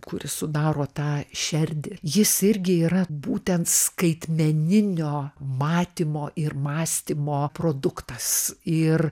kuris sudaro tą šerdį jis irgi yra būtent skaitmeninio matymo ir mąstymo produktas ir